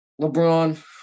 LeBron